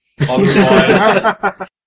Otherwise